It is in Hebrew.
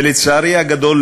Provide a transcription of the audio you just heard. לצערי הגדול,